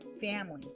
Family